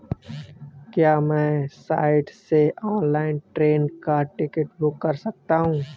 मैं किस साइट से ऑनलाइन ट्रेन का टिकट बुक कर सकता हूँ?